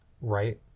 Right